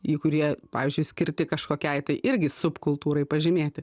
į kurie pavyzdžiui skirti kažkokiai tai irgi subkultūrai pažymėti